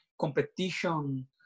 competition